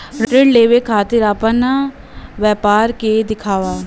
ऋण लेवे के खातिर अपना व्यापार के दिखावा?